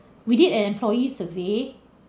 we did an employee survey